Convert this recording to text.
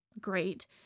great